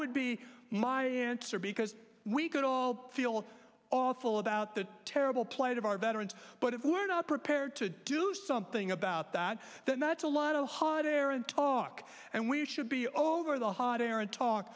would be my answer because we could all feel awful about the terrible plight of our veterans but if we're not prepared to do something about that then not a lot of hot air and talk and we should be all over the hot air and talk